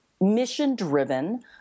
mission-driven